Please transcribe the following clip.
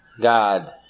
god